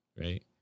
right